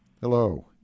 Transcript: Hello